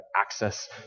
access